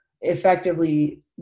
effectively